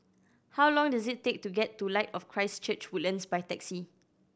how long does it take to get to Light of Christ Church Woodlands by taxi